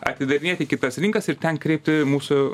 atidarinėti kitas rinkas ir ten kreipti mūsų